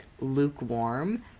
lukewarm